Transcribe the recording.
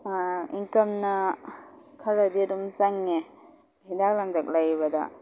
ꯏꯟꯀꯝꯅ ꯈꯔꯗꯤ ꯑꯗꯨꯝ ꯆꯪꯉꯦ ꯍꯤꯗꯥꯛ ꯂꯥꯡꯊꯛ ꯂꯩꯕꯗ